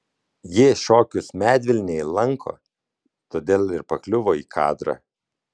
ji šokius medvilnėj lanko todėl ir pakliuvo į kadrą